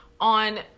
on